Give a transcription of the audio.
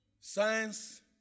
Science